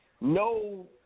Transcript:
no